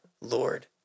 Lord